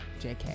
JK